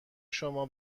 شما